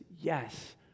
yes